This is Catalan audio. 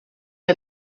que